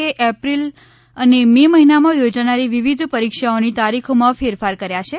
એ April અને May મહિનામાં યોજાનારી વિવિધ પરીક્ષાઓની તારીખોમાં ફેરફાર કર્યો છે